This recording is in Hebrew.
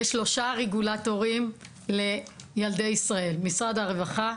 יש שלושה רגולטורים לילדי ישראל, משרד הרווחה,